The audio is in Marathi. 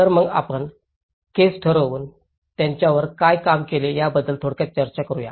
तर मग आपण केस ठरवून त्यांच्यावर काय काम केले याबद्दल थोडक्यात चर्चा करूया